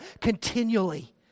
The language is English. continually